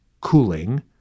cooling